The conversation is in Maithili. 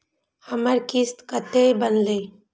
हमर किस्त कतैक बनले?